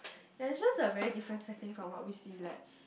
ya it's just a very different setting from what we see like